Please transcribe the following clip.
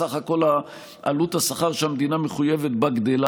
אז סך עלות השכר שהמדינה מחויבת בו גדל,